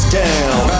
down